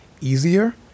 easier